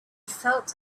felt